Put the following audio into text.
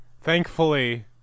Thankfully